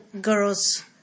girls